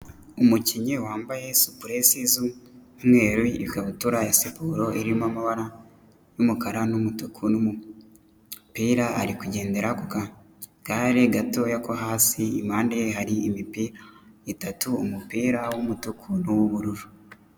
Umukinnyi wambaye supuresi z'umweru, ikabutura ya siporo irimo amabara y'umukara n'umutuku n'umupira, ari kugendera ku kagare gatoya ko hasi, impande ye hari imipira itatu; umupira w'umutuku n'uw'ubururu.